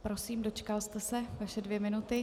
Prosím, dočkal jste se, vaše dvě minuty.